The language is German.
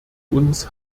uns